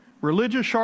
Religious